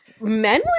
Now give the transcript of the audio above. Men